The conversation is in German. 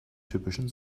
typischen